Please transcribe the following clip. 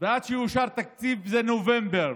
ועד שיאושר תקציב זה נובמבר,